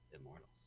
immortals